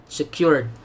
secured